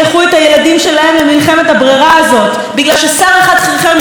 בגלל ששר אחד חרחר מלחמה והשני לא רצה שיקראו לו שמאלן?